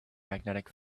magnetic